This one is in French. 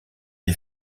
des